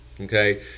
okay